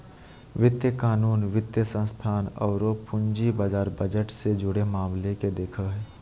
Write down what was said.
वित्तीय कानून, वित्तीय संस्थान औरो पूंजी बाजार बजट से जुड़े मामले के देखो हइ